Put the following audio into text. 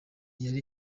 yari